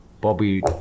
Bobby